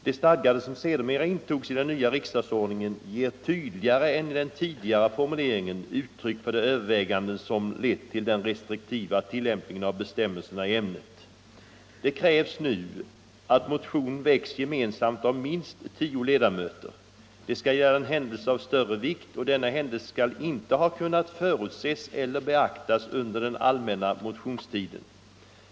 Det stadgande som sedermera intogs i den nya riksdagsordningen ger tydligare än den tidigare formuleringen uttryck för de överväganden som lett till den restriktiva tillämpningen av bestämmelserna i ämnet. Det krävs nu att motion väcks gemensamt av minst tio ledamöter, det skall gälla en händelse av större vikt och denna händelse skall inte ha kunnat förutses eller beaktas under den allmänna motionstiden.